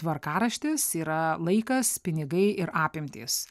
tvarkaraštis yra laikas pinigai ir apimtys